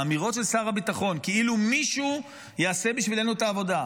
האמירות של שר הביטחון כאילו מישהו יעשה בשבילנו את העבודה,